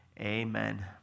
amen